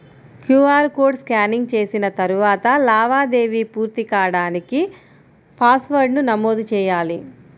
QR code scanning చేసిన తరువాత లావాదేవీ పూర్తి కాడానికి పాస్వర్డ్ను నమోదు చెయ్యాలి